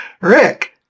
rick